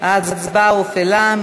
ההצבעה הופעלה.